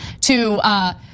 to-